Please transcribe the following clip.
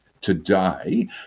today